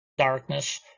darkness